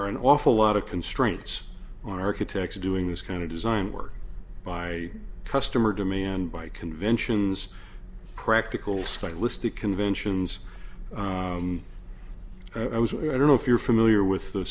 are an awful lot of constraints on architecture doing this kind of design work by customer demand by conventions practical stylistic conventions i don't know if you're familiar with the